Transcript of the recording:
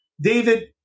David